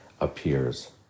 appears